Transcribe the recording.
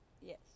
Yes